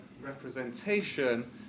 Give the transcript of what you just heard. representation